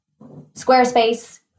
Squarespace